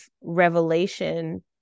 revelation